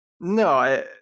no